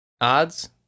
Odds